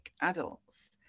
adults